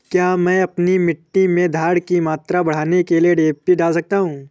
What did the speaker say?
क्या मैं अपनी मिट्टी में धारण की मात्रा बढ़ाने के लिए डी.ए.पी डाल सकता हूँ?